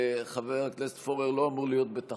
חבר הכנסת פורר לא אמור להיות בתחרות.